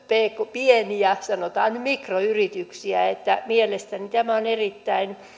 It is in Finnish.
pieniä sanotaan nyt mikroyrityksiä eli mielestäni tämä on erittäin